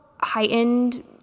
heightened